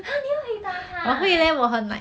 !huh! 你会回答他 ah